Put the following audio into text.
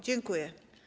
Dziękuję.